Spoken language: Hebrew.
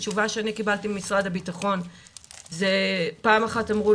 התשובה שאני קיבלתי ממשרד הביטחון היא שפעם אחת המליצו לי